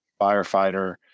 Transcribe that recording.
Firefighter